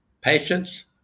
Patience